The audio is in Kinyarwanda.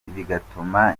bigatuma